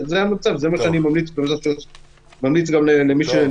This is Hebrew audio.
זה המצב וזה מה שאני ממליץ גם למי שנמצא